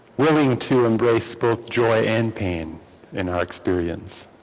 willing to embrace both joy and pain in our experience